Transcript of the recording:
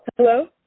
hello